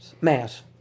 mass